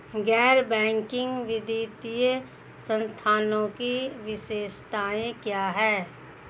गैर बैंकिंग वित्तीय संस्थानों की विशेषताएं क्या हैं?